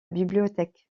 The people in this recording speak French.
bibliothèque